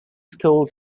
schools